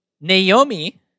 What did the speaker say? Naomi